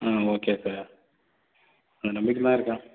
ஆ okay sir உங்களை நம்பிகிட்டு தான் இருக்கேன்